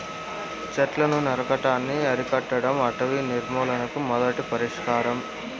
చెట్లను నరకటాన్ని అరికట్టడం అటవీ నిర్మూలనకు మొదటి పరిష్కారం